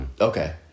Okay